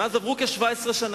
מאז עברו כ-17 שנה,